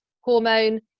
hormone